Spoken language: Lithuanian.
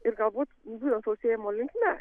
ir galbūt būtent sausėjimo linkme